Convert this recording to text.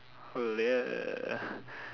oh !yay!